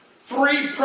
three